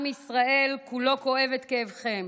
עם ישראל כולו כואב את כאבכם.